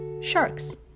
Sharks